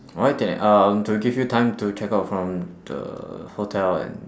why ten A uh to give you time to check out from the hotel and